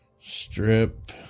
Strip